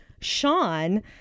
Sean